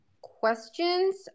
questions